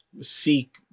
Seek